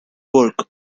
work